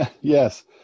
yes